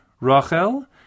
Rachel